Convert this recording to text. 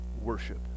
worship